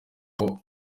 aho